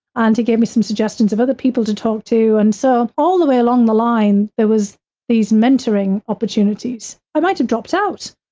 and he gave me some suggestions of other people to talk to. and so, all the way along the line, there was these mentoring opportunities, i might have dropped out,